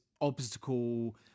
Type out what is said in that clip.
obstacle